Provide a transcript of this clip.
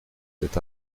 cet